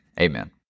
Amen